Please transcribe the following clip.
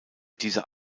dieser